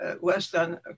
Western